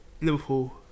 Liverpool